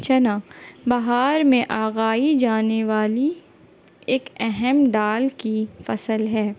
چنا بہار میں اگائی جانے والی ایک اہم ڈال کی فصل ہے